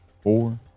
four